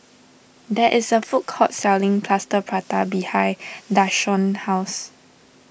there is a food court selling Plaster Prata behind Deshawn's house